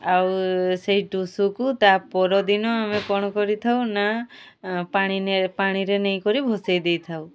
ଆଉ ସେଇ ଟୁସୁକୁ ତା ପରଦିନ ଆମେ କ'ଣ କରିଥାଉ ନା ପାଣି ପାଣିରେ ନେଇକରି ଭସେଇ ଦେଇଥାଉ